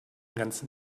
ganzen